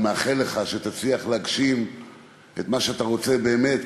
ומאחל לך שתצליח להגשים את מה שאתה רוצה באמת,